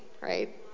right